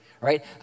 right